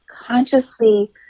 consciously